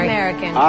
American